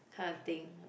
kind of thing